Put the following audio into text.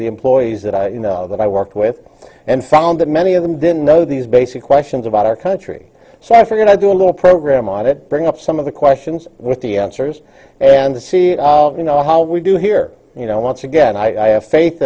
the employees that i you know that i worked with and found that many of them didn't know these basic questions about our country so after going to do a little program on it bring up some of the questions with the searchers and to see you know how we do here you know once again i have faith